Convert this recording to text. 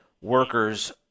workers